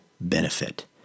benefit